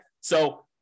So-